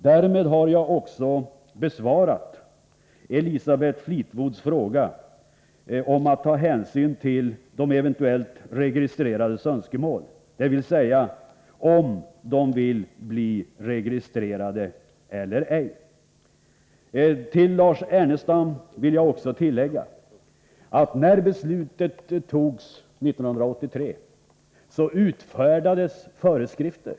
Därmed har jag också besvarat Elisabeth Fleetwoods fråga om hänsyn till de eventuellt registrerades önskemål, dvs. om de vill bli registrerade eller ej. Till Lars Ernestam vill jag också tillägga, att i samband med att regeringsbeslutet fattades 1983 utfärdades föreskrifter.